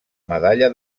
medalla